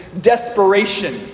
desperation